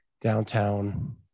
downtown